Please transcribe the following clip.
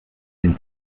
den